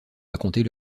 raconter